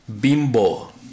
Bimbo